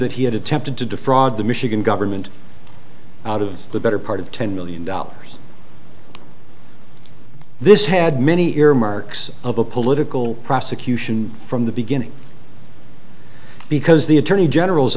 that he had attempted to defraud the michigan government out of the better part of ten million dollars this had many earmarks of a political prosecution from the beginning because the attorney general's